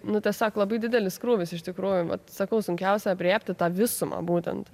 nu tiesiog labai didelis krūvis iš tikrųjų vat sakau sunkiausia aprėpti tą visumą būtent